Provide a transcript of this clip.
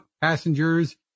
passengers